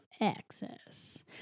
access